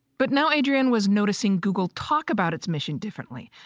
but now adrian was noticing google talk about its mission differently,